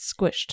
squished